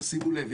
שימו לב.